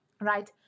right